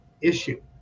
issue